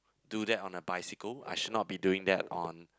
do that on the bicycle I should not be doing that on